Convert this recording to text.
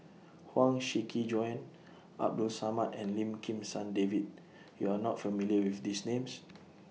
Huang Shiqi Joan Abdul Samad and Lim Kim San David YOU Are not familiar with These Names